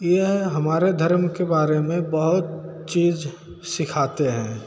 ये हमारे धरम के बारे में बहुत चीज़ सिखाते हैं